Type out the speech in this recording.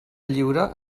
lliure